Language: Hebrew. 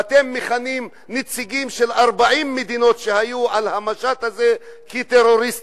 ואתם מכנים נציגים של 40 מדינות שהיו על המשט הזה כטרוריסטים.